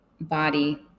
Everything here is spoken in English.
body